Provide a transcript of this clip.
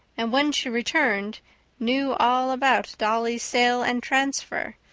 and when she returned knew all about dolly's sale and transfer,